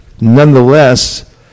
Nonetheless